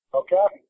okay